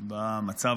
במצב